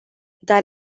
dar